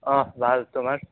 অঁ ভাল তোমাৰ